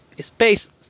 space